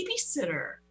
babysitter